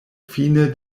fine